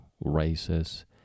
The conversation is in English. races